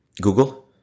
Google